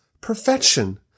perfection